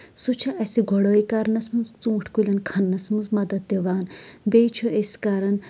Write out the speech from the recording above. سُہ چھُ اَسہِ گۄڈٲے کَرنَس منٛز ژوٗنٛٹھ کُلٮ۪ن کھننہٕ نَس منٛز مدد دِوان